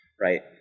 right